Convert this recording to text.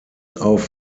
auf